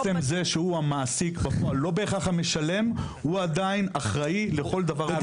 בעצם זה שהוא המעסיק בפועל; לא בהכרח המשלם הוא עדיין אחראי לכל דבר.